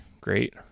Great